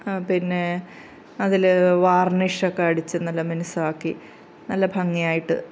പിന്നെ അതിലെ വാർണിഷ് ഒക്കെ അടിച്ചു നല്ല മിനുസമാക്കി നല്ല ഭംഗിയായിട്ട്